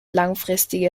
langfristige